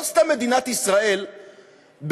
לא סתם מדינת ישראל בעצמה,